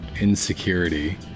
insecurity